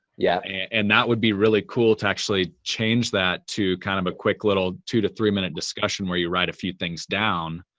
yeah and that would be really cool to actually change that to kind of a quick little two to three minute discussion where you write a few things down,